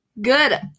Good